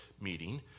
meeting